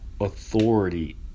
authority